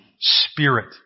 Spirit